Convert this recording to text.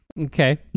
Okay